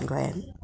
गोंयान